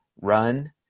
run